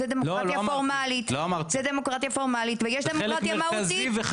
זו דמוקרטיה פורמלית ויש דמוקרטיה מהותית.